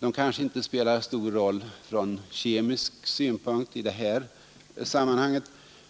De kanske inte spelar stor roll från kemisk synpunkt i det här sammanhanget,